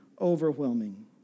overwhelming